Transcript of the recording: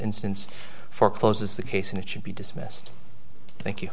instance forecloses the case and it should be dismissed thank you